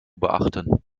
beachten